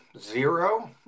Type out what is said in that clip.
Zero